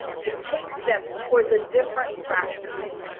to take steps towards a different practice.